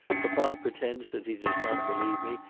papa pretends that he does not believe me,